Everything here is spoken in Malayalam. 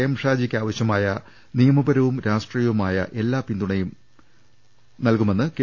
എം ഷാജിയ്ക്കാവശ്യമായ നിയമപ രവും രാഷ്ട്രീയവുമായ എല്ലാ പിന്തുണയും നൽകുമെന്ന് കെ